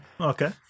Okay